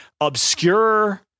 obscure